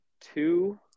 two